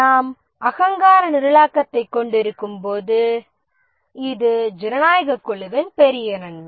நாம் அகங்கார நிரலாக்கத்தைக் கொண்டிருக்கும்போது இது ஜனநாயகக் குழுவின் பெரிய நன்மை